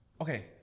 okay